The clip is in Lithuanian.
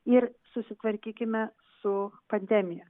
ir susitvarkykime su pandemija